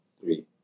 three